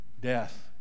death